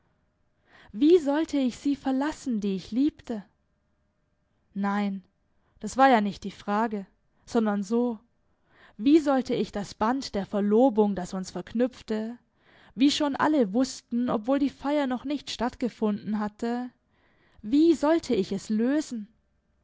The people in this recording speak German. wie sollte ich sie verlassen die ich liebte nein das war ja nicht die frage sondern so wie sollte ich das band der verlobung das uns verknüpfte wie schon alle wußten obwohl die feier noch nicht stattgefunden hatte wie sollte ich es lösen